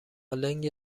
لنگ